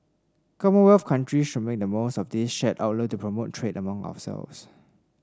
commonwealth countries should make the most of this shared outlook to promote trade among ourselves